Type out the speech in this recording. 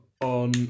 on